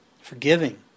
forgiving